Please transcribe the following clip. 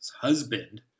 husband